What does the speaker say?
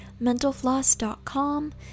mentalfloss.com